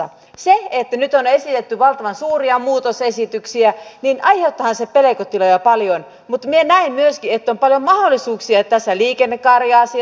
aiheuttaahan se että nyt on esitetty valtavan suuria muutosesityksiä pelkotiloja paljon mutta minä näen myöskin että on paljon mahdollisuuksia